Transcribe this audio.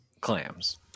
clams